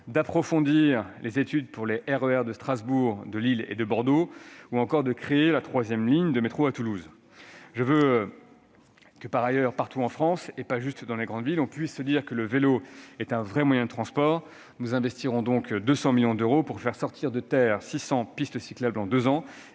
l'approfondissement des études pour les RER de Strasbourg, de Lille et de Bordeaux ou encore la création de la troisième ligne de métro à Toulouse. Je veux par ailleurs que partout en France, et pas seulement dans les grandes villes, on puisse se dire que le vélo est un vrai moyen de transport. Nous investirons donc 200 millions d'euros pour faire sortir de terre 600 pistes cyclables en deux ans